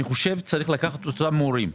אני מציע לקחת אותם מורים,